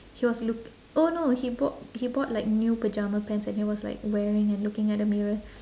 he was look~ oh no he bou~ he bought like new pyjama pants and he was like wearing and looking at the mirror